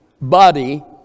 body